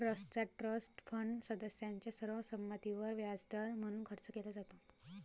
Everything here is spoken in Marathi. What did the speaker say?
ट्रस्टचा ट्रस्ट फंड सदस्यांच्या सर्व संमतीवर व्याजदर म्हणून खर्च केला जातो